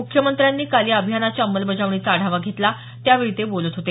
मुख्यमंत्र्यांनी काल या अभियानाच्या अंमलबजावणीचा आढावा घेतला त्यावेळी ते बोलत होते